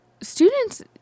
students